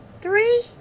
three